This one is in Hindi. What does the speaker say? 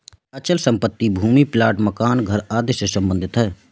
अचल संपत्ति भूमि प्लाट मकान घर आदि से सम्बंधित है